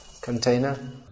container